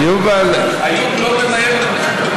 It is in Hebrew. איוב לא ממהר לראשות הממשלה,